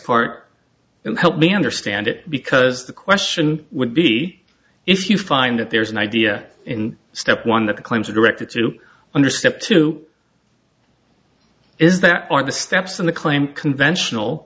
part and help me understand it because the question would be if you find that there's an idea in step one that the claims are directed to under step two is that on the steps of the claim conventional